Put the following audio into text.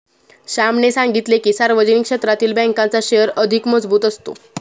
श्यामने सांगितले की, सार्वजनिक क्षेत्रातील बँकांचा शेअर अधिक मजबूत असतो